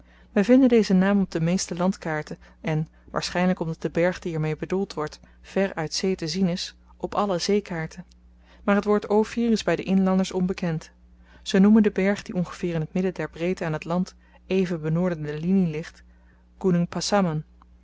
we vinden dezen naam op de meeste landkaarten en waarschynlyk omdat de berg die er mee bedoeld wordt ver uit zee te zien is op alle zeekaarten maar t woord ophir is by de inlanders onbekend ze noemen den berg die ongeveer in t midden der breedte aan t land even benoorden de linie ligt goenoeng passaman